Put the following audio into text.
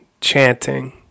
chanting